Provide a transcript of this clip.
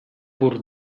pur